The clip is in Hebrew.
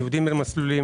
ניודים בין מסלולים,